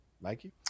Mikey